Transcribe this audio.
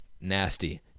nasty